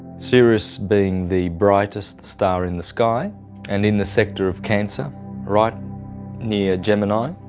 sirius being the brightest star in the sky and in the sector of cancer right near gemini,